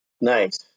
Nice